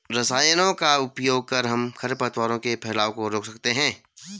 रसायनों का उपयोग कर हम खरपतवार के फैलाव को रोक सकते हैं